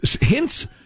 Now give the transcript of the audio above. Hints